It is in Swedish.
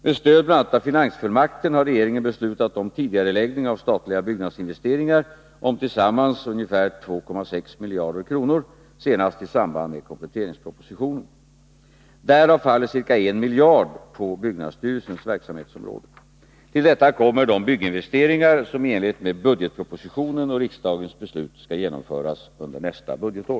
Med stöd bl.a. av finansfullmakten har regeringen beslutat om tidigareläggning av statliga byggnadsinvesteringar om tillsammans ca 2,6 miljarder kronor senast i samband med kompletteringspropositionen. Därav faller ca 1 miljard kronor på byggnadsstyrelsens verksamhetsområde. Till detta kommer de bygginvesteringar som i enlighet med budgetpropositionen 79 och riksdagens beslut skall genomföras under nästa budgetår.